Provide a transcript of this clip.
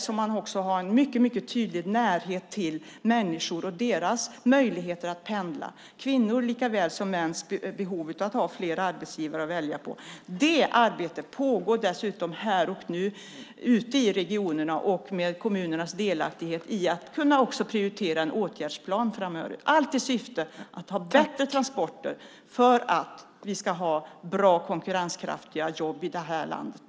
Man har också en mycket tydlig närhet till människor och deras möjlighet att pendla. Det gäller både kvinnors och mäns behov av att ha fler arbetsgivare att välja på. Det arbetet pågår nu ute i regionerna med kommunernas delaktighet i att kunna prioritera en åtgärdsplan framöver, allt i syfte att ha bättre transporter för att vi ska ha bra och konkurrenskraftiga jobb i det här landet.